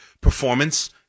performance